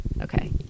Okay